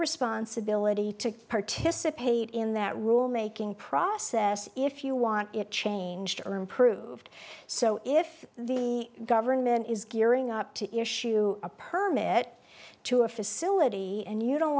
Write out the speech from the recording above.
responsibility to participate in that rule making process if you want it changed or improved so if the government is gearing up to issue a permit to a facility and you don't